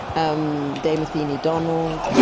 um dame athene donald,